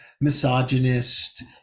misogynist